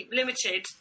limited